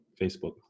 Facebook